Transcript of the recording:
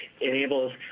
enables